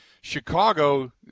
Chicago